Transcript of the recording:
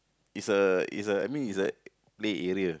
is a is a I mean is a play area